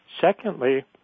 secondly